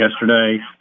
yesterday